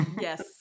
Yes